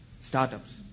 startups